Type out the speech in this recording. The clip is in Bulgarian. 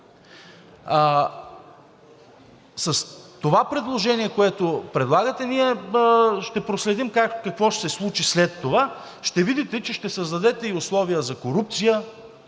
С това предложение, което предлагате, ние ще проследим какво ще се случи след това. Ще видите, че ще създадете и условия за корупция,